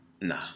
Nah